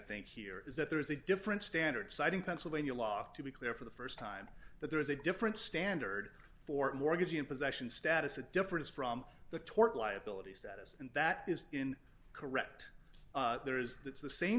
think here is that there is a different standard citing pennsylvania law to be clear for the st time that there is a different standard for mortgagee in possession status a difference from the tort liability status and that is in correct there is that's the same